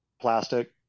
Plastic